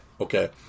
okay